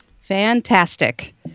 fantastic